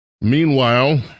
Meanwhile